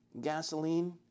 Gasoline